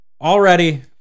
already